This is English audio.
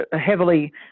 heavily